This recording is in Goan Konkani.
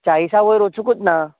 चाळिसा वयर वचुकूंच ना